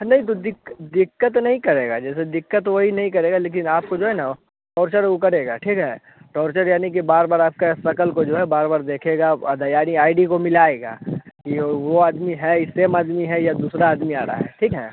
नहीं तो दिक्कत दिक्कत तो नहीं करेगा जैसे दिक्कत कोई नहीं करेगा लेकिन आपको जो है ना टॉर्चर ऊ करेगा ठीक है तो टॉर्चर यानी कि बार बार आपकी शकल को जो है बार बार देखेगा दयारी आई डी को मिलाएगा यह वह आदमी है सेम आदमी है या दूसरा आदमी आ रहा है ठीक है